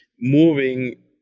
moving